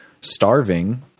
starving